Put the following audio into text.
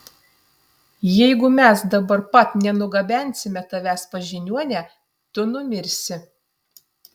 jeigu mes dabar pat nenugabensime tavęs pas žiniuonę tu numirsi